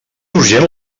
urgent